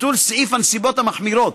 ביטול סעיף הנסיבות המחמירות,